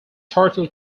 turtle